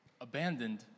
abandoned